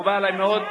מקובל עלי מאוד.